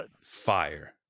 fire